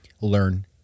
learn